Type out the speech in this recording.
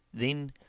then,